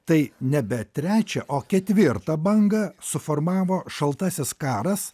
tai nebe trečią o ketvirtą bangą suformavo šaltasis karas